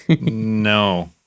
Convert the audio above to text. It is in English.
No